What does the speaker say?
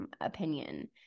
opinion